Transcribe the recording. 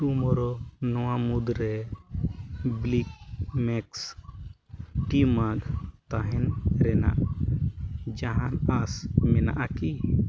ᱱᱚᱣᱟ ᱢᱩᱫᱽᱨᱮ ᱛᱟᱦᱮᱱ ᱨᱮᱱᱟᱜ ᱡᱟᱦᱟᱸ ᱟᱥ ᱢᱮᱱᱟᱜᱼᱟ ᱠᱤ